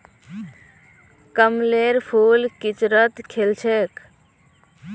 कमलेर फूल किचड़त खिल छेक